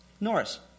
Norris